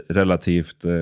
relativt